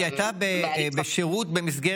רבותיי, נא לשמור על השקט.